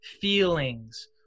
feelings